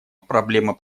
проблема